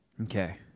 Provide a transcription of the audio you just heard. okay